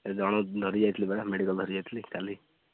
ଜଣକୁ ଧରିକି ଯାଇଥିଲି ପରା ମେଡ଼ିକାଲ୍ ଧରିକି ଯାଇଥିଲି କାଲି